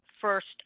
first